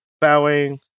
bowing